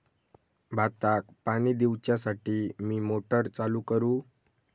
भाताक पाणी दिवच्यासाठी मी मोटर चालू करू?